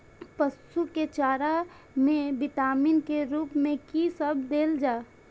पशु के चारा में विटामिन के रूप में कि सब देल जा?